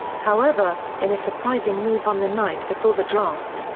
however, in a surprising move on the night before the draft,